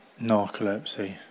narcolepsy